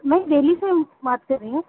میں دہلی سے بات کر رہی ہوں